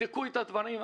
תבדקו את הדברים.